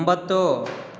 ಒಂಬತ್ತು